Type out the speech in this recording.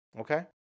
okay